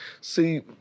See